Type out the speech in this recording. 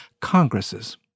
Congresses